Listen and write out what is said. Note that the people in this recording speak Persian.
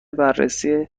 بررسی